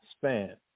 span